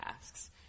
tasks